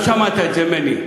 לא שמעת את זה ממני,